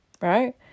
Right